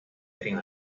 heating